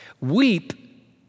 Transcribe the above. Weep